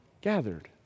gathered